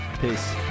Peace